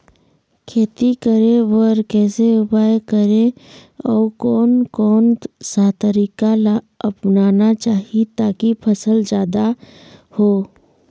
खेती करें बर कैसे उपाय करें अउ कोन कौन सा तरीका ला अपनाना चाही ताकि फसल जादा हो?